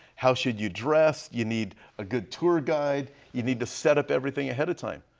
how should you dress? you need a good tour guide. you need to set up everything ahead of time.